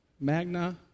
Magna